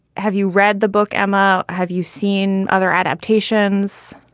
have you read the book, emma? have you seen other adaptations?